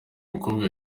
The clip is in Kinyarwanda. mukobwa